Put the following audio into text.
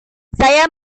saya